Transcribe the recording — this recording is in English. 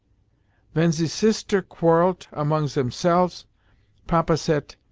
ven ze sister quarrellet among zemselves papa sayt,